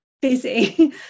busy